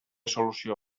solució